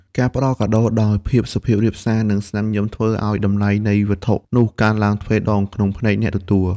ការផ្ដល់កាដូដោយភាពសុភាពរាបសារ និងស្នាមញញឹម ធ្វើឱ្យតម្លៃនៃវត្ថុនោះកើនឡើងទ្វេដងក្នុងភ្នែកអ្នកទទួល។